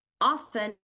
often